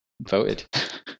voted